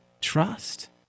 trust